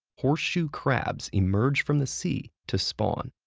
horseshoe crabs emerge from the sea to spawn.